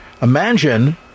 Imagine